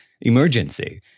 emergency